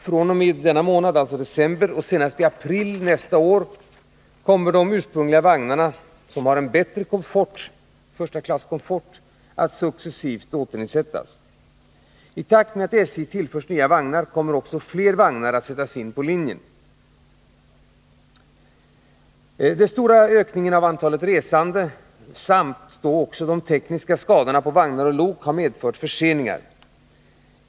fr.o.m. denna månad och senast i april 1981 kommer de ursprungliga vagnarna som har bättre komfort att successivt återinsättas. I takt med att SJ tillförs nya vagnar kommer vidare fler vagnar att sättas in på linjen. Den stora ökningen av antalet resenärer tillsammans med tekniska skador på vagnar och lok har medfört förseningar.